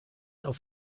auf